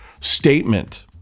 statement